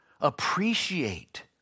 appreciate